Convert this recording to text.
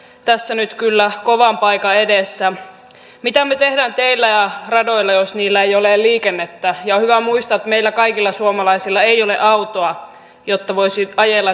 tässä nyt kyllä kovan paikan edessä mitä me teemme teillä ja radoilla jos niillä ei ole liikennettä on hyvä muistaa että meillä kaikilla suomalaisilla ei ole autoa jolla voisi ajella